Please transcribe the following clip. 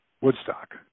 Woodstock